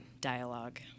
dialogue